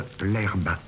l'herbe